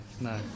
no